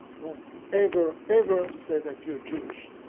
don't ever, ever say that you're jewish.